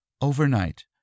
Overnight